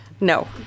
No